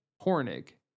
Hornig